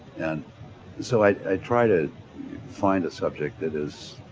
and so i, i try to find a subject that is,